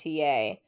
TA